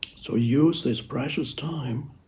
so use this precious time